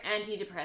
antidepressants